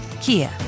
Kia